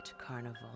Carnival